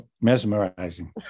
mesmerizing